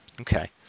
Okay